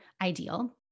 ideal